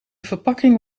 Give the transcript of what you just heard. verpakking